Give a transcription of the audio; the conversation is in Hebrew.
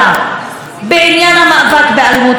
בעניין המאבק באלימות נגד נשים.